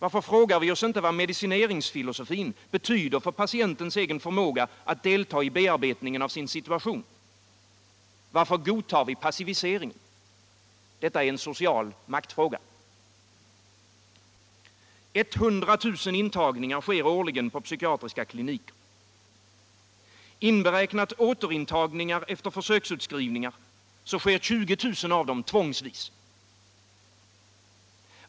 Varför frågar vi oss inte vad medicineringsfilosofin betyder för patientens egen förmåga att delta i bearbetningen av sin situation? Varför godtar vi passiviseringen? Detta är en social maktfråga. 100 000 intagningar sker årligen på psykiatriska kliniker. Inräknat återintagningar efter försöksutskrivningar sker 20 000 av dem tvångsvis.